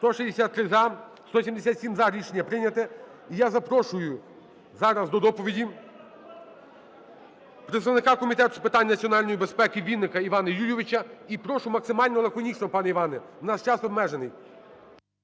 За-177 Рішення прийнято. І я запрошую зараз до доповіді представника Комітету з питань національної безпеки Вінника Іванна Юлійовича. І прошу максимально, лаконічно, пане Іване, у нас час обмежений.